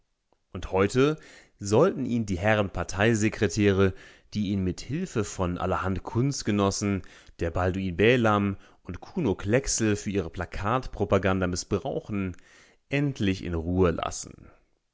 und heute sollten ihn die herren parteisekretäre die ihn mit hilfe von allerhand kunstgenossen der balduin bählamm und kuno klecksel für ihre plakatpropaganda mißbrauchen endlich in ruhe lassen